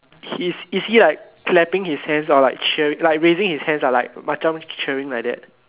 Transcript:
he's is he like clapping his hands or like cheering like raising his hands like macam cheering like that